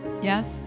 Yes